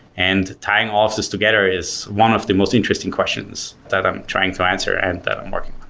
and tying all of these together is one of the most interesting questions that i'm trying to answer and that i'm working